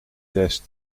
test